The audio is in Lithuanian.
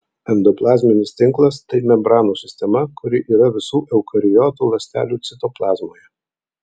endoplazminis tinklas tai membranų sistema kuri yra visų eukariotų ląstelių citoplazmoje